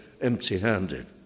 empty-handed